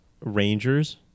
Rangers